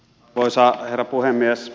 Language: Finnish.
arvoisa herra puhemies